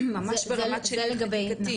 ממש ברמה חקיקתית.